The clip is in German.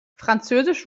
französisch